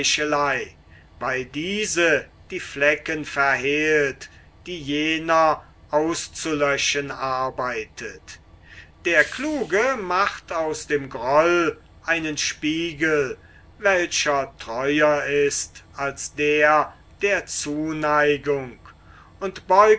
weil diese die flecken verhehlt die jener auszulöschen arbeitet der kluge macht aus dem groll einen spiegel welcher treuer ist als der der zuneigung und